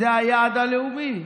זה היעד הלאומי.